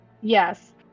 Yes